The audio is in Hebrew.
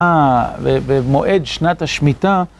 אה, ומועד שנת השמיטה.